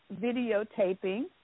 videotaping